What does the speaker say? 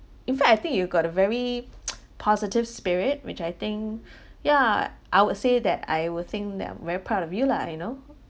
in fact I think you got a very positive spirit which I think yeah I would say that I would think that I'm very proud of you lah you know